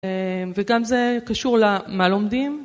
וגם זה קשור למה לומדים.